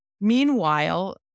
Meanwhile